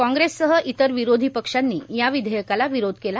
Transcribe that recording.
काँग्रेससह इतर विरोधी पक्षांनी या विधेयकाला विरोध केला